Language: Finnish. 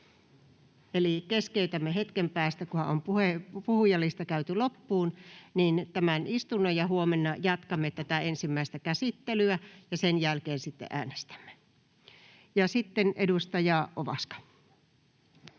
Eli keskeytämme hetken päästä tämän istunnon, kunhan on puhujalista käyty loppuun, ja huomenna jatkamme tätä ensimmäistä käsittelyä ja sen jälkeen sitten äänestämme. — Ja sitten edustaja Ovaska.